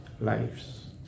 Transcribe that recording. lives